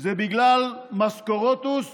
זה בגלל משכורותוס למחבלימוס.